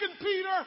Peter